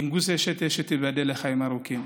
וינגוסה אישטה, שתיבדל לחיים ארוכים,